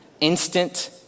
instant